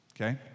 Okay